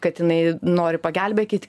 kad jinai nori pagelbėkit